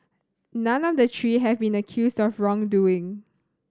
none of the three have been accused of wrongdoing